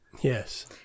Yes